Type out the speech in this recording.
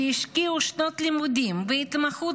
שהשקיעו שנות לימודים והתמחות,